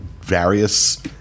various